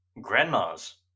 grandmas